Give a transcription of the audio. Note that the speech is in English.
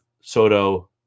Soto